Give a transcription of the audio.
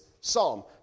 psalm